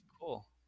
cool